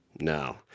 No